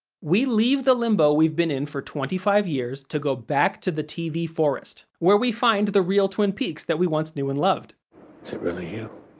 we leave the limbo we've been in for twenty five years to go back to the tv forest, where we find the real twin peaks that we once knew and loved. is it really you?